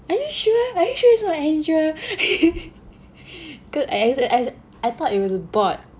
are you sure are you sure it's not Andrew cause I also I also I thought it was bought